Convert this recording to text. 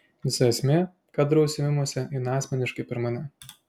visa esmė ką darau užsiėmimuose eina asmeniškai per mane